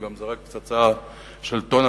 וגם זרק פצצה של טונה,